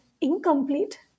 incomplete